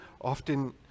often